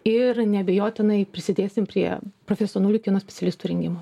ir neabejotinai prisidėsim prie profesionalių kino specialistų rengimo